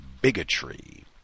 bigotry